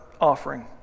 offering